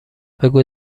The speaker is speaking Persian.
بگو